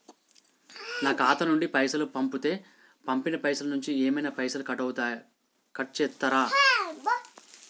నా ఖాతా నుండి పైసలు పంపుతే పంపిన పైసల నుంచి ఏమైనా పైసలు కట్ చేత్తరా?